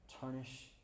tarnish